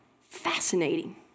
Fascinating